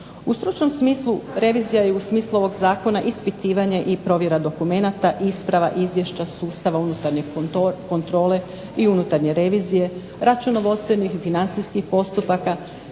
U stručnom smislu revizija je u smislu ovog zakona ispitivanje i provjera dokumenata, isprava, izvješća, sustava unutarnje kontrole i unutarnje revizije, računovodstvenih i financijskih postupaka